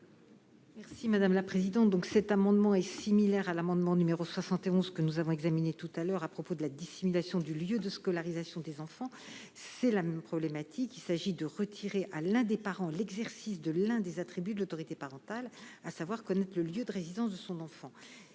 l'avis de la commission ? Cet amendement est similaire à l'amendement n° 71, que nous avons examiné tout à l'heure à propos de la dissimulation du lieu de scolarisation des enfants. C'est la même problématique : il s'agit de retirer à l'un des parents l'exercice de l'un des attributs de l'autorité parentale, à savoir connaître le lieu de résidence de son enfant.